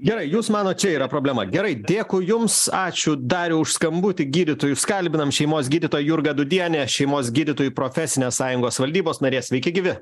gerai jūs manot čia yra problema gerai dėkui jums ačiū dariau už skambutį gydytojus kalbinam šeimos gydytoja jurga dūdienė šeimos gydytojų profesinės sąjungos valdybos narė sveiki gyvi